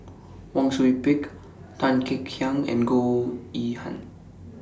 Wang Sui Pick Tan Kek Hiang and Goh Yihan